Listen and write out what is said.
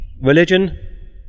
religion